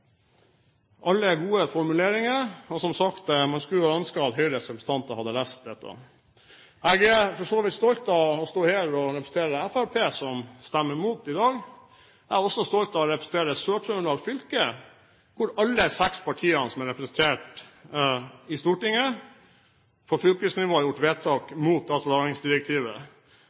alle gode formuleringer, og man skulle som sagt ønske at Høyres representanter hadde lest dette. Jeg er for så vidt stolt av å stå her og representere Fremskrittspartiet, som stemmer imot i dag. Jeg er også stolt av å representere Sør-Trøndelag fylke, hvor alle seks partiene som er representert i Stortinget, på fylkesnivå har gjort vedtak mot datalagringsdirektivet.